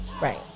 right